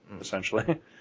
essentially